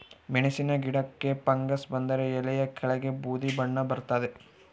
ಮೆಣಸಿನ ಗಿಡಕ್ಕೆ ಫಂಗಸ್ ಬಂದರೆ ಎಲೆಯ ಕೆಳಗೆ ಬೂದಿ ಬಣ್ಣ ಬರ್ತಾದೆ